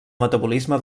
metabolisme